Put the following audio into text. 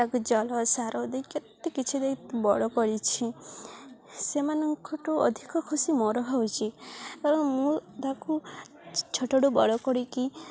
ତାକୁ ଜଲ ସାର ଦେଇ କେତେ କିଛି ଦେଇ ବଡ଼ କରିଛି ସେମାନଙ୍କଠୁ ଅଧିକ ଖୁସି ମୋର ହେଉଛି କାରଣ ମୁଁ ତାକୁ ଛୋଟକୁ ବଡ଼ କରିକି